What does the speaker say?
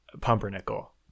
pumpernickel